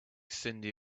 cyndi